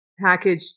package